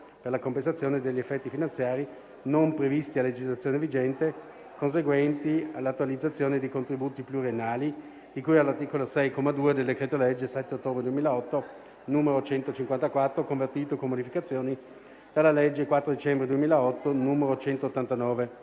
per la compensazione degli effetti finanziari non previsti a legislazione vigente conseguenti all'attualizzazione di contributi pluriennali, di cui all'articolo 6, comma 2, del decreto-legge 7 ottobre 2008, n. 154, convertito, con modificazioni, dalla legge 4 dicembre 2008, n. 189.»;